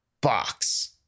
box